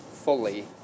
fully